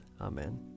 Amen